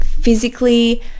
physically